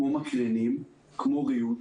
כמו מקרנים וכמו ריהוט,